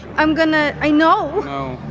i'm going to, i know.